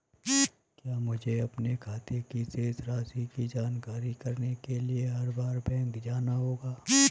क्या मुझे अपने खाते की शेष राशि की जांच करने के लिए हर बार बैंक जाना होगा?